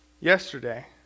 yesterday